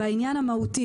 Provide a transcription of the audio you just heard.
בעניין המהותי,